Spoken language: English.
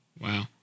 Wow